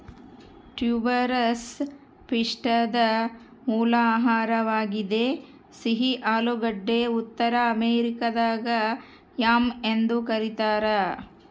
tuberous ಪಿಷ್ಟದ ಮೂಲ ಆಹಾರವಾಗಿದೆ ಸಿಹಿ ಆಲೂಗಡ್ಡೆ ಉತ್ತರ ಅಮೆರಿಕಾದಾಗ ಯಾಮ್ ಎಂದು ಕರೀತಾರ